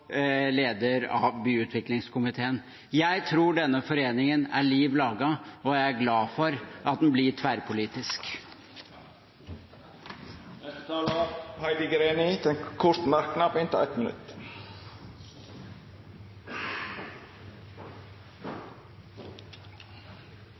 leder av byutviklingskomiteen. Jeg tror denne foreningen er liv laga, og jeg er glad for at den blir tverrpolitisk. Representanten Heidi Greni har hatt ordet to gonger tidlegare og får ordet til ein kort merknad, avgrensa til 1 minutt.